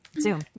Zoom